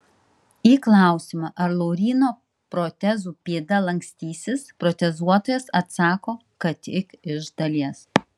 į klausimą ar lauryno protezų pėda lankstysis protezuotojas atsako kad tik iš dalies